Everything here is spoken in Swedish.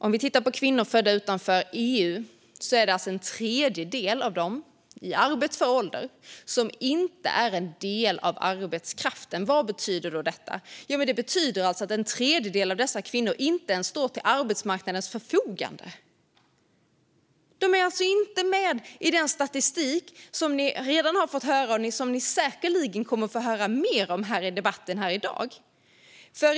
Av kvinnor i arbetsför ålder födda utanför EU är det en tredjedel som inte är en del av arbetskraften. Vad betyder då detta? Jo, det betyder att en tredjedel av dessa kvinnor inte ens står till arbetsmarknadens förfogande. De är inte med i den statistik som ni redan har fått höra om och som ni säkerligen kommer att få höra mer om här i debatten i dag.